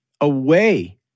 away